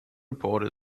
report